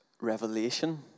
revelation